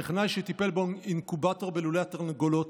בטכנאי שטיפל באינקובטור בלולי התרנגולות,